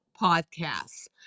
podcasts